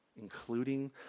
including